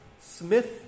Smith